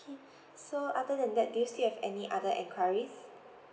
okay so other than that do you still have any other enquiries